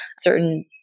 certain